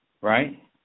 right